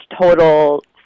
total